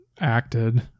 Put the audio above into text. acted